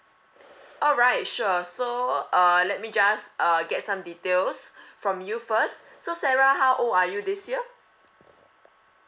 alright sure so uh let me just uh get some details from you first so sarah how old are you this year